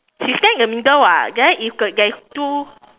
she stand in the middle [what] then if the there is two